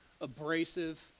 abrasive